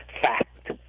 fact